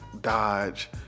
dodge